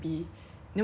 走来走去